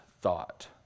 thought